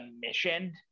mission